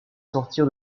sortir